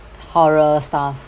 or horror stuff